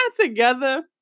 together